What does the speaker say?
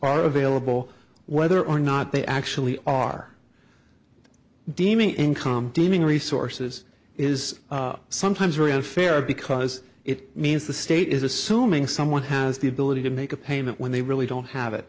are available whether or not they actually are deeming income deeming resources is sometimes very unfair because it means the state is assuming someone has the ability to make a payment when they really don't have it